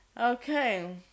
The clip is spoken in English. Okay